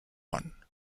one